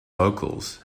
vocals